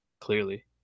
clearly